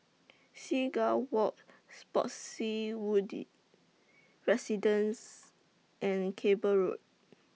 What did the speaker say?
Seagull Walk Spottiswoode Residences and Cable Road